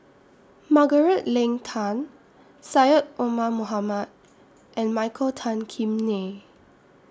Margaret Leng Tan Syed Omar Mohamed and Michael Tan Kim Nei